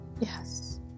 Yes